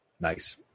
Nice